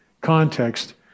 context